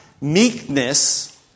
meekness